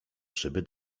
szyby